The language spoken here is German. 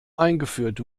eingeführt